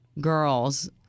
girls